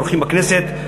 אורחים בכנסת.